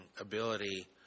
ability